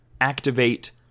activate